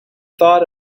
thought